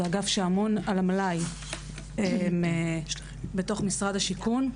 זה אגף שאמון על המלאי בתוך משרד השיכון.